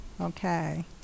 okay